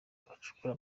abacukura